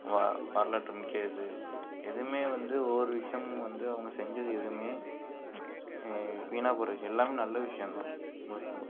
வ வரலாற்று முக்கிய இது எதுவுமே வந்து ஒவ்வொரு விஷயமும் வந்து அவங்க செஞ்சது எதுவுமே வீணாக போகிற விஷயம் எல்லாமே நல்ல விஷயம்தான் முழுக்க முழுக்க